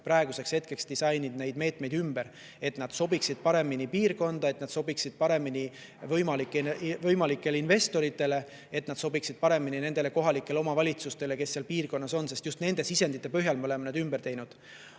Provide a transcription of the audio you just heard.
praeguseks hetkeks meetmeid ümber disaininud, et need sobiksid paremini piirkonda, et need sobiksid paremini võimalikele investoritele ja et need sobiksid paremini nendele kohalikele omavalitsustele, kes seal piirkonnas on. Just nende sisendite põhjal me oleme [meetmed] ümber teinud.